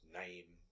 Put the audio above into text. name